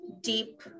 deep